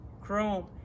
chrome